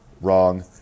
Wrong